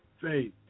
faith